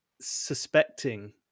suspecting